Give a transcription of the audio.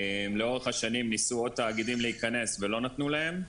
לאורך השנים ניסו עוד תאגידים להיכנס ולא נתנו להם,